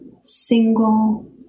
single